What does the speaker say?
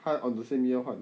她 on the same year 换